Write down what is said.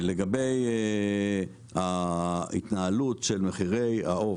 לגבי ההתנהלות של מחירי העוף,